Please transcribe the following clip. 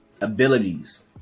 abilities